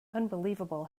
unbelievable